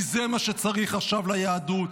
כי מה שצריך עכשיו ליהדות.